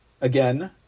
again